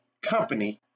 company